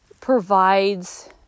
provides